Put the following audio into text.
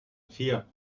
vier